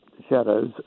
Shadows